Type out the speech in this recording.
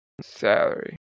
salary